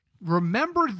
Remember